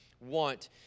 Want